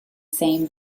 same